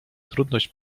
trudność